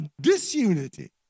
disunity